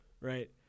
Right